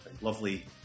Lovely